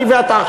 אני ואתה,